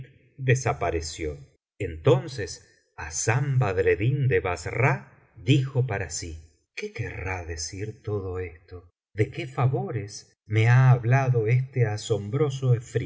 desapareció entonces hassán badredclin de bassra elijo para sí qué querrá decir todo esto de qué favores me ha hablado este asombroso